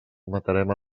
matarem